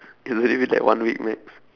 it's only been like one week max